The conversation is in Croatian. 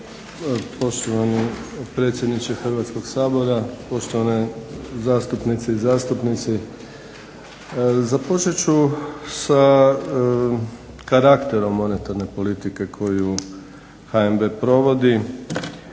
poštovani predsjedniče Hrvatskog sabora, poštovane zastupnice i zastupnici. Započet ću sa karakterom monetarne politike koju HNB provodi